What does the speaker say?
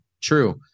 True